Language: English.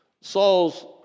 Saul's